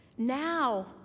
Now